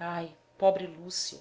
ai pobre lúcia